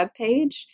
webpage